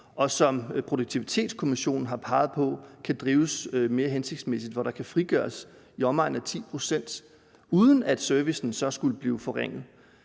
og som Produktivitetskommissionen har peget på kan drives mere hensigtsmæssigt, hvor der kan frigøres i omegnen af 10 pct., uden at servicen så skulle blive forringet.